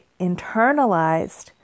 internalized